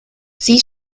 sie